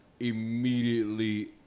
immediately